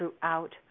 throughout